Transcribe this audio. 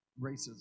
racism